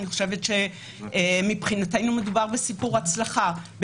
ואני חושבת שמבחינתנו מדובר בסיפור הצלחה.